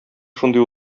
шундый